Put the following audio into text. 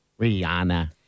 Rihanna